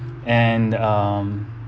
and um